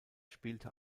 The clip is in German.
spielte